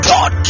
God